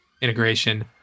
integration